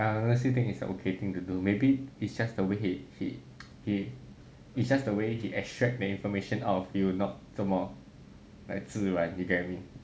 unless you think is an okay thing to do maybe it's just the way he he he it's just the way he extract the information out of you not 这么 like 自然 you get what I mean